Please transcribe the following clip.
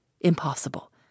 Impossible